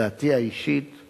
דעתי האישית היא